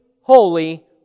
holy